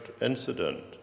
incident